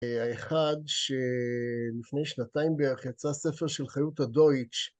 האחד שלפני שנתיים בערך יצא ספר של חיותה דויטש.